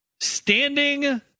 standing